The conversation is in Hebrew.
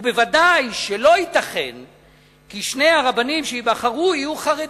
וודאי שלא ייתכן כי שני הרבנים שייבחרו יהיו חרדים.